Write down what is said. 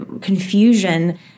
confusion